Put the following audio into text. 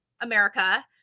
america